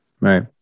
Right